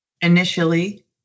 Initially